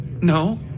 No